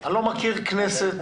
אני לא מכיר כנסת